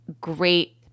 Great